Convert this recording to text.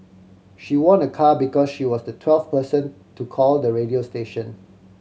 she won a car because she was the twelfth person to call the radio station